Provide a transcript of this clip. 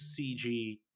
CG